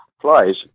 flies